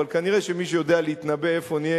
אבל נראה שמי שיודע להתנבא איפה נהיה,